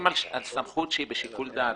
ועוד איך יש הבדל.